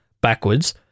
backwards